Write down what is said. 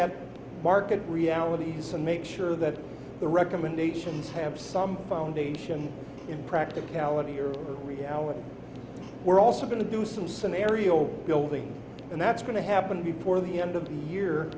the market realities and make sure that the recommendations have some foundation in practicality or reality we're also going to do some scenario building and that's going to happen before the end of the